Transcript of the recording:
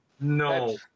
No